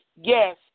Yes